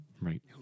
Right